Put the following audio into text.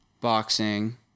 boxing